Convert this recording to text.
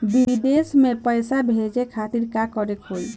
विदेश मे पैसा भेजे खातिर का करे के होयी?